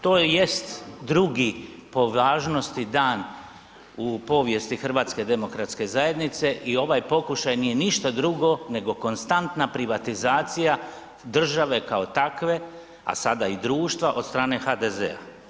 To je jest drugi po važnosti dan u povijesti HDZ-a i ovaj pokušaj nije ništa drugo nego konstantna privatizacija države kao takve a sada i društva od strane HDZ-a.